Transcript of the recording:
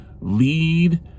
Lead